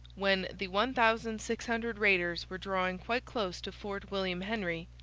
when the one thousand six hundred raiders were drawing quite close to fort william henry,